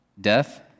Death